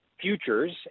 futures